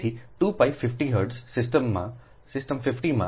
તેથી 2 pi 50 hertz system 50 માં 0